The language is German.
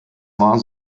war